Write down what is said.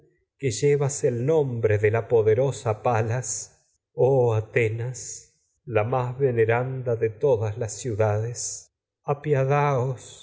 que el nombre de la poderosa palas oh atenas la más veneranda de todas las ciudades